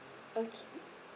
okay